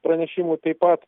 pranešimų taip pat